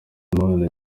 inama